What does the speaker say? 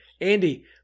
Andy